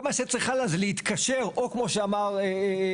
כל מה שצריך הלאה זה להתקשר או כמו שאמר נתן,